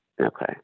Okay